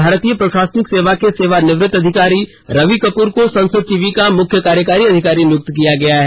भारतीय प्रशासनिक सेवा के सेवा निवृत अधिकारी रवि कपूर को संसद टीवी का मुख्य कार्यकारी अधिकारी नियुक्त किया गया है